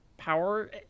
power